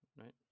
Right